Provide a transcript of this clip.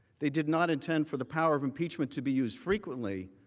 they did not intend for the power of impeachment to be used frequently